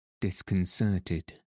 disconcerted